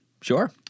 sure